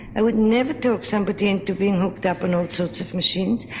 i would never talk somebody into being hooked up on all sorts of machines,